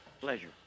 Pleasure